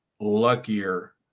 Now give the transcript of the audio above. luckier